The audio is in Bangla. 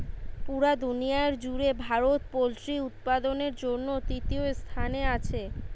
পুরা দুনিয়ার জুড়ে ভারত পোল্ট্রি উৎপাদনের জন্যে তৃতীয় স্থানে আছে